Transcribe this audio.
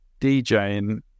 DJing